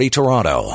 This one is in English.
Toronto